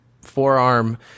forearm